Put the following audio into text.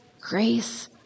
grace